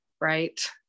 right